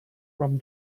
from